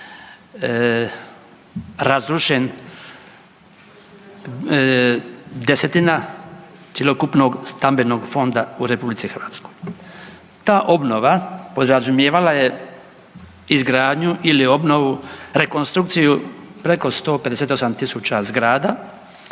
razrušen 10-tina cjelokupnog stambenog fonda u Republici Hrvatskoj. Ta obnova podrazumijevala je izgradnju ili obnovu, rekonstrukciju preko 158 tisuća zgrada